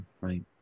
right